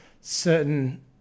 certain